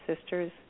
sisters